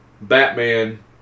Batman